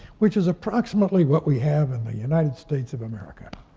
which is approximately what we have in the united states of america.